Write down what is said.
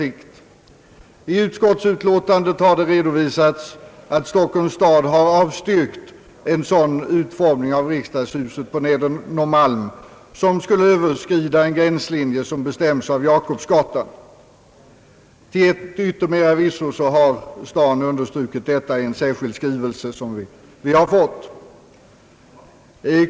I utskottsutlåtandet redovisas att Stockholms stad har avstyrkt en sådan utformning av riksdagshuset på Nedre Norrmalm som skulle överskrida en gränslinje som bestäms av Jakobsgatan. Till yttermera visso har staden understrukit detta i en särskild skrivelse som vi har fått.